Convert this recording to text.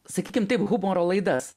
sakykime taip humoro laidas